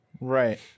right